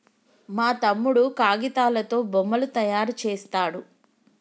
మా తమ్ముడు కాగితాలతో బొమ్మలు తయారు చేస్తాడు